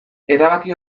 erabaki